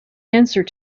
answer